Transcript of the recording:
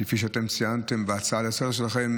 כפי שאתם ציינתם בהצעה לסדר-היום שלכם,